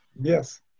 yes